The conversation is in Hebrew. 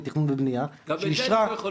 לתכנון ובנייה -- גם את זה --- לא יכול לומר.